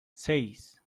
seis